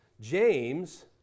James